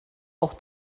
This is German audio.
auch